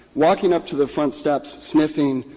walking up to the front steps, sniffing,